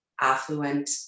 affluent